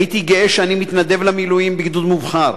הייתי גאה שאני מתנדב למילואים בגדוד מובחר.